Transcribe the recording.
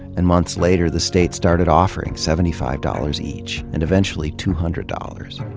and months later, the state started offering seventy five dollars each, and eventually two hundred dollars.